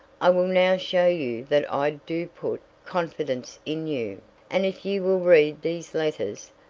i will now show you that i do put confidence in you and if you will read these letters,